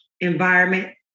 environment